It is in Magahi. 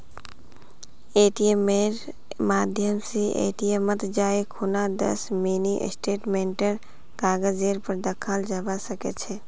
एटीएमेर माध्यम स एटीएमत जाई खूना दस मिनी स्टेटमेंटेर कागजेर पर दखाल जाबा सके छे